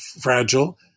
fragile